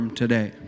today